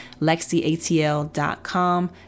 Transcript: LexiATL.com